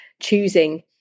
choosing